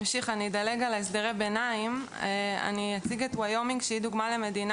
אדלג על הסדרי הביניים ואציג את וויומינג שהיא דוגמה למדינה